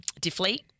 deflate